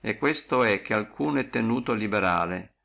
e questo è che alcuno è tenuto liberale